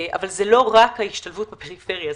אבל זו לא רק ההשתלבות בפריפריה,